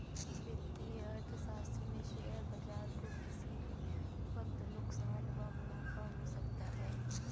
वित्तीय अर्थशास्त्र में शेयर बाजार को किसी भी वक्त नुकसान व मुनाफ़ा हो सकता है